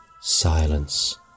silence